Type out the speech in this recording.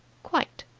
quite!